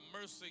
Mercy